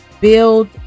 build